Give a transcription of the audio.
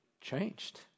changed